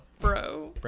Bro